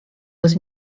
was